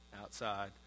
outside